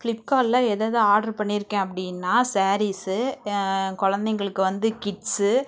flip கார்டில் எது எது ஆடரு பண்ணியிருக்கேன் அப்படின்னா ஸாரீஸு குழந்தைங்களுக்கு வந்து கிட்ஸு